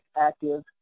active